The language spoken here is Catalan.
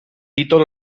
títol